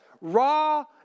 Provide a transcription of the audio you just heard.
raw